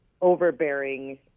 overbearing